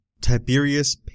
Tiberius